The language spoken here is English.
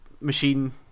machine